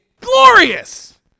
glorious